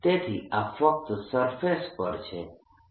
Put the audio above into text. તેથી આ ફક્ત સરફેસ પર છે